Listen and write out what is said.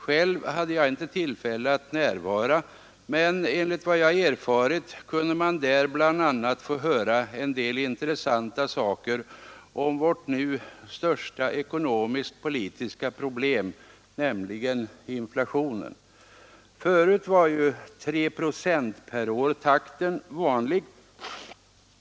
Själv hade jag inte tillfälle att närvara, men enligt vad jag erfarit kunde man där bl.a. få höra en del intressanta saker om vårt nu största ekonomiskt-politiska problem, nämligen inflationen. Förut var ju takten 3 procent per år vanlig.